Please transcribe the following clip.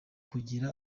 kugira